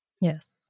Yes